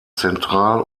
zentral